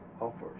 offers